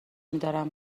میدارم